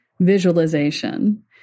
visualization